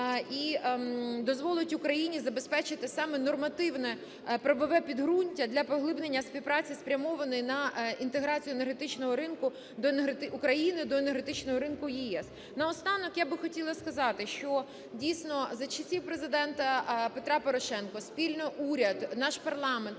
і дозволить Україні забезпечити саме нормативно-правове підґрунтя для поглиблення співпраці, спрямованої на інтеграцію енергетичного ринку України до енергетичного ринку ЄС. Наостанок я б хотіла сказати, що, дійсно, за часів Президента Петра Порошенка спільно уряд, наш парламент,